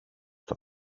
στο